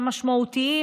המשמעותיים,